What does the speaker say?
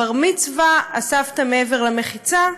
בר-מצווה, הסבתא מעבר למחיצה.